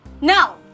now